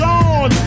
on